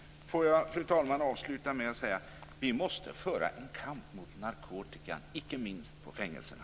Fru talman! Låt mig avsluta med att säga att vi måste föra en kamp mot narkotikan, inte minst på fängelserna.